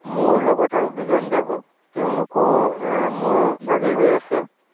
মোৰ লগত আৰু দুজন যাব তেওঁলোকো মোৰ বাবেই ৰৈ আছে